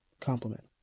compliment